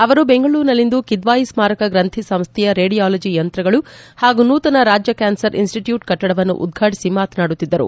ಅವರು ಬೆಂಗಳೂರಿನಲ್ಲಿಂದು ಕಿದ್ವಾಯಿ ಸ್ನಾರಕ ಗಂಥಿ ಸಂಸ್ಥೆಯ ರೇಡಿಯಾಲಜಿ ಯಂತ್ರಗಳು ಹಾಗೂ ನೂತನ ರಾಜ್ಯ ಕ್ಯಾನ್ಸರ್ ಇನ್ಸ್ಟಟ್ಯೂಟ್ ಕಟ್ಟಡವನ್ನು ಉದ್ವಾಟಿಸಿ ಮಾತನಾಡುತ್ತಿದ್ದರು